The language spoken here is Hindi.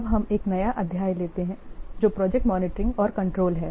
अब हम एक नया अध्याय लेते हैं जो प्रोजेक्ट मॉनिटरिंग और कंट्रोल है